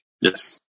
Yes